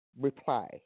reply